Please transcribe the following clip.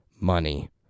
money